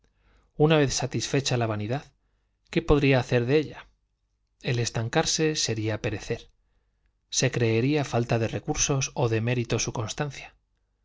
calaveradas vez satisfecha la vanidad qué podría hacer de nos parece que éstas se juzgan siempre por los ella el estancarse sería perecer se creería falta resultados por consiguiente á veces una línea de recursos ó de mérito su constancia